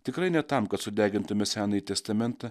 tikrai ne tam kad sudegintume senąjį testamentą